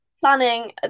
planning